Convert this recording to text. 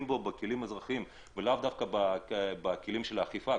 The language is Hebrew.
בו בכלים אזרחיים ולאו דווקא בכלים של אכיפה,